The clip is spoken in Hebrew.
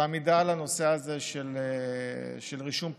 ועמידה על הנושא הזה של רישום פלילי,